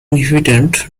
inhabitant